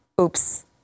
Oops